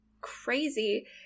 crazy